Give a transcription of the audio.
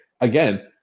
again